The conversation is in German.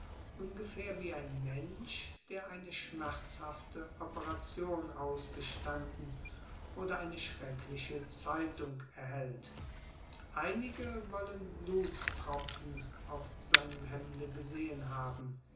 ungefähr wie ein mensch der eine schmerzhafte operation ausgestanden oder eine schreckliche zeitung erhält einige wollen blutstropfen auf seinem hemde gesehen haben